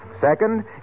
Second